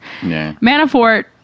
Manafort